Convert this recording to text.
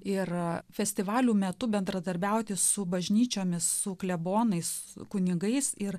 ir festivalių metu bendradarbiauti su bažnyčiomis su klebonais kunigais ir